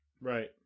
Right